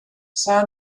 san